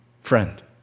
friend